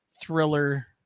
thriller